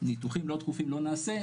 שניתוחים לא דחופים לא נעשה,